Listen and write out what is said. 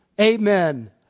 Amen